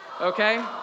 Okay